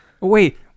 wait